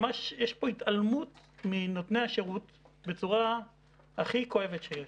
ממש יש פה התעלמות מנותני השירות בצורה הכי כואבת שיש.